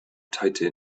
tighter